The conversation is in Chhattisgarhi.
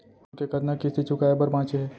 लोन के कतना किस्ती चुकाए बर बांचे हे?